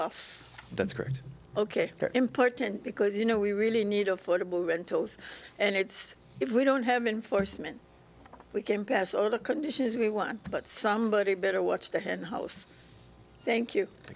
off that's great ok they're important because you know we really need affordable rentals and it's if we don't have been foresman we can pass all the conditions we want but somebody better watch the hen house thank you thank you